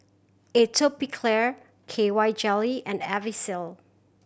Atopiclair K Y Jelly and Vagisil